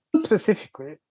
specifically